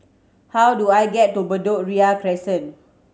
how do I get to Bedok Ria Crescent